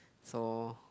so